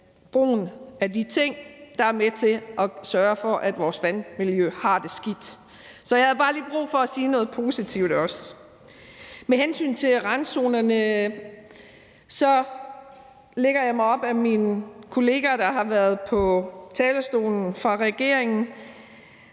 brugen af de ting, der er med til at sørge for, at vores vandmiljø har det skidt. Jeg havde bare lige brug for at sige noget positivt også. Med hensyn til randzonerne læner jeg mig op ad min kollega, der har været på talerstolen, fra regeringen.